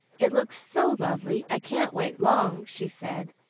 it looks so lovely, i can't wait long, she said,